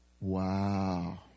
wow